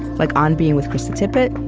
like on being with krista tippett,